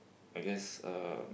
I guess uh